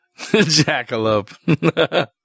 jackalope